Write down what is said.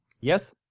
Yes